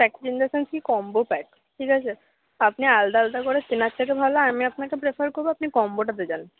package in the sense কি combo pack ঠিক আছে আপনি আলাদা আলাদা করে কেনার থেকে ভালো আমি আপনাকে প্রেফার করবো আপনি কম্বোটাতে যান